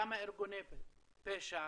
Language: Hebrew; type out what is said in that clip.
כמה ארגוני פשע,